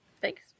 Thanks